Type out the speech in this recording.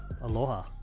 aloha